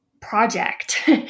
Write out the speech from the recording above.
project